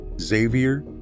Xavier